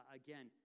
again